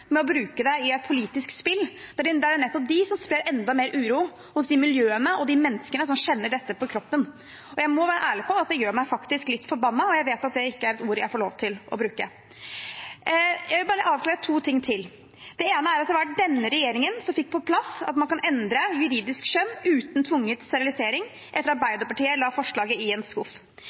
med å bruke det i et politisk spill. Det er jo nettopp de som sprer enda mer uro hos de miljøene og de menneskene som kjenner dette på kroppen. Jeg må være ærlig på at det faktisk gjør meg litt forbanna – og jeg vet at det ikke er et ord jeg får lov til å bruke. Jeg vil bare avklare to ting til. Det ene er at det var denne regjeringen som fikk på plass at man kan endre juridisk kjønn uten tvunget sterilisering, etter at Arbeiderpartiet la forslaget i en skuff.